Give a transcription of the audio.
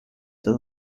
der